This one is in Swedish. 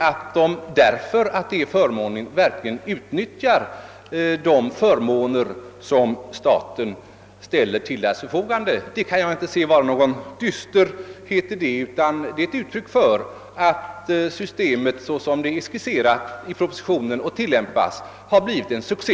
Att de begagnar sig av de förmåner som staten ställer till deras förfogande kan jag inte finna något dystert i. Det är i stället ett uttryck för att systemet, såsom det är skisserat i propositionen och tillämpas i praktiken, har blivit en succé.